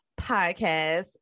Podcast